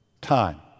time